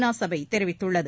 நா சபை தெரிவித்துள்ளது